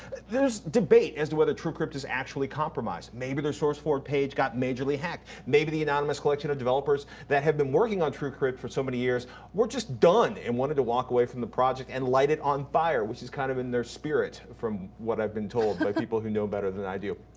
there's debate as to whether truecrypt is actually compromised. maybe their source forward page got majorly hacked. maybe the anonymous collection of developers that have been working on truecrypt for so many years were just done, and wanted to walk away from the project and light it on fire, which is kind of in their spirit from what i've been told by people who know better than i do.